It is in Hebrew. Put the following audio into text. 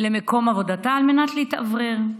למקום עבודתה, על מנת להתאוורר.